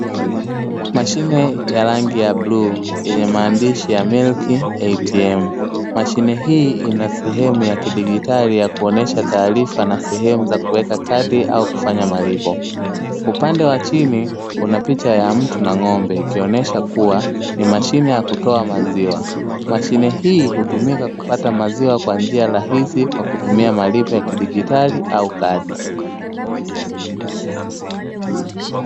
Mashine ya rangi ya bluu yenye maandishi ya milk ATM. Mashine hii ina sehemu ya kidigitali ya kuonesha taarifa na sehemu ya kuweka kadi ama kufanya malipo. Upande wa chini kuna picha ya mtu na ng'ombe ikionyesha kuwa mashine ya kutoa maziuwa. Mashine hii hutumika kupata maziwa kwa njia rahisi kwa kutumia malipo ya kidigitali au kadi.